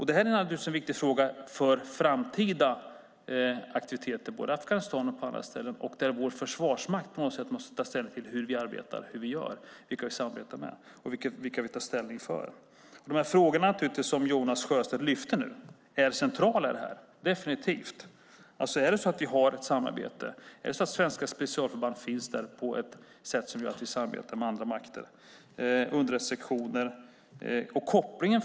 Detta är naturligtvis viktigt med tanke på framtida aktiviteter både i Afghanistan och på andra ställen. Vår försvarsmakt måste på något sätt ta ställning till hur vi arbetar, hur vi gör, och till vilka vi samarbetar med och vilka vi tar ställning för. De frågor som Jonas Sjöstedt här lyft fram är definitivt centrala i sammanhanget. Är det så att vi har ett samarbete? Är det så att svenska specialförband finns med på ett sådant sätt att det innebär att vi samarbetar med andra makter - underrättelsesektioner?